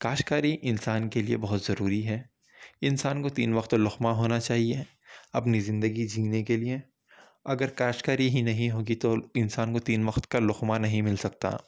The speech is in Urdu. کاشتکاری انسان کے لیے بہت ضروری ہے انسان کو تین وقت لقمہ ہونا چاہیے اپنی زندگی جینے کے لیے اگر کاشتکاری ہی نہیں ہوگی تو انسان کو تین وقت کا لقمہ نہیں مل سکتا